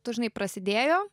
dažnai prasidėjo